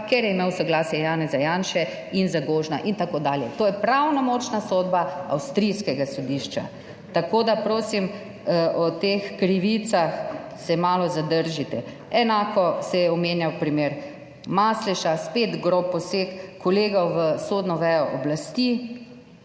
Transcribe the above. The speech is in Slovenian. ker imel soglasje Janeza Janše in Zagožna,« in tako dalje. To je pravnomočna sodba avstrijskega sodišča. Tako da prosim, o teh krivicah se malo zadržite. Enako se je omenjal primer Masleša. Spet grob poseg kolegov v sodno vejo oblasti.